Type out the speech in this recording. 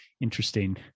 interesting